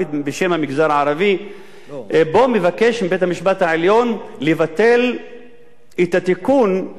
שבה הוא ביקש מבית-המשפט העליון לתקן את התיקון שיוכנס בחוק האזרחות,